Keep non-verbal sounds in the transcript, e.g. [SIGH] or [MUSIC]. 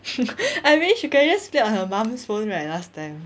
[LAUGHS] I mean she could have just played on her mum's phone right last time